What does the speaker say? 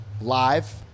Live